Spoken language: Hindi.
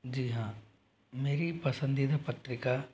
जी हाँ मेरी पसंदीदा पत्रिका